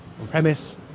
on-premise